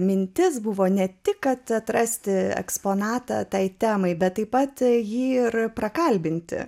mintis buvo ne tik kad atrasti eksponatą tai temai bet taip pat jį ir prakalbinti